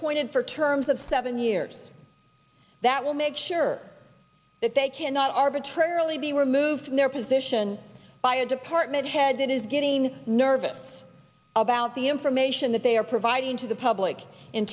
appointed for terms of seven years that will make sure that they cannot arbitrarily be removed from their position by a department head that is getting nervous about the information that they are providing to the public in